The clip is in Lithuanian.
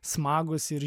smagūs ir